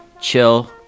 chill